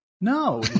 No